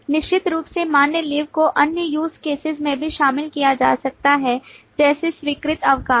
निश्चित रूप से मान्य लीव को अन्य use cases में भी शामिल किया जा सकता है जैसे स्वीकृत अवकाश